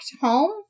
home